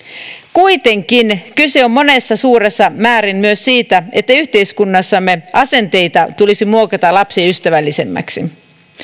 kuitenkin kyse on monessa suuressa määrin myös siitä että yhteiskunnassamme asenteita tulisi muokata lapsiystävällisemmäksi